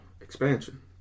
expansion